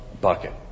bucket